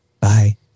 Bye